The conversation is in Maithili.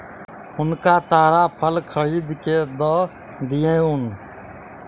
हुनका ताड़ फल खरीद के दअ दियौन